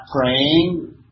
praying